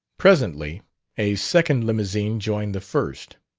presently a second limousine joined the first,